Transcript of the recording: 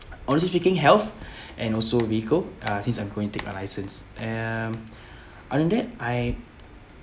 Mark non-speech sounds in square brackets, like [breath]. honestly speaking health [breath] and also vehicle uh since I'm going to take my license um other than that I